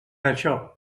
això